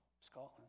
Scotland